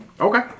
Okay